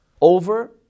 over